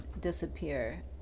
disappear